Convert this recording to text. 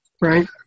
right